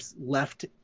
left